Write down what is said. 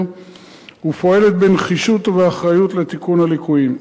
ופועלת בנחישות ובאחריות לתיקון הליקויים.